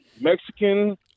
Mexican